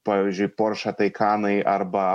pavyzdžiui porša taikanai arba